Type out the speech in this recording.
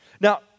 Now